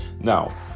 Now